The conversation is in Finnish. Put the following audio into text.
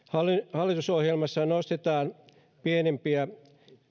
hallitusohjelmassa nostetaan pienimpiä